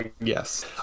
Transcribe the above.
yes